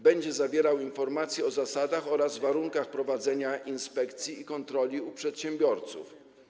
Będzie zawierał informację o zasadach oraz warunkach prowadzenia inspekcji i kontroli u przedsiębiorców.